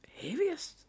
heaviest